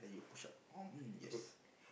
yes